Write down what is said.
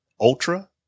Ultra